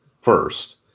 first